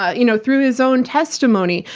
ah you know through his own testimony,